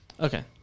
Okay